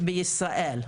בישראל.